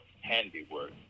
handiwork